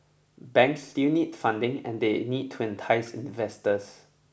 banks still need funding and they need to entice investors